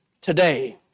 Today